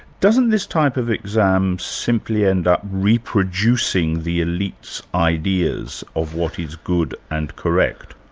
doesn't this type of exam simply end up reproducing the elites' ideas of what is good and correct?